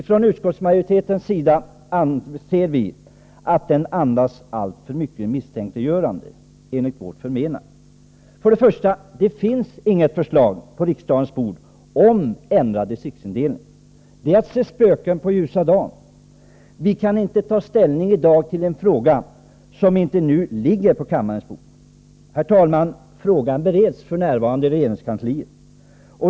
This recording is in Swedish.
Från utskottsmajoritetens sida anser vi att den andas alltför mycket av misstänkliggörande. Det finns ju inget förslag på riksdagens bord om ändrad distriktsindelning. Det är att se spöken på ljusa dagen. Vi kan inte i dag ta ställning till ett förslag som inte nu ligger på kammarens bord. Herr talman! Frågan bereds f.n. i regeringskansliet.